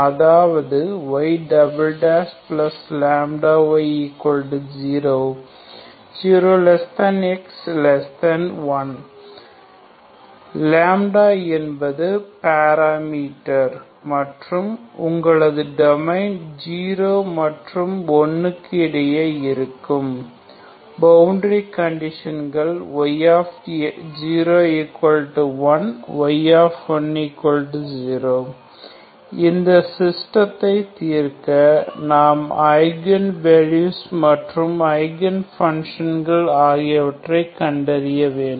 அதாவது y λy0 0x1 λ என்பது parameter மற்றும் உங்களது டொமைன் 0 மற்றும் 1 க்கு இடையே இருக்கும் பவுண்டரி கண்டிஷன்கள் y00 y10 இந்த சிஸ்டத்தை தீர்க்க நாம் ஐகன் வேல்யூஸ்மற்றும் ஐகன் ஃபன்ஷன்கள் ஆகியவற்றை கண்டறிய வேண்டும்